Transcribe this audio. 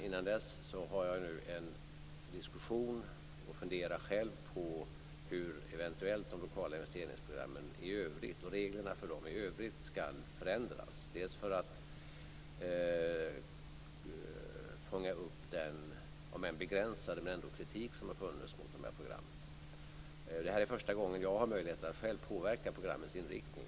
Innan dess skall jag diskutera och själv fundera på hur reglerna i övrigt för de lokala investeringsprogrammen eventuellt skall förändras, bl.a. för att fånga upp den, om än begränsade, kritik som har funnits mot programmen. Det här är första gången jag själv har möjlighet att påverka programmens inriktning.